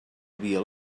havia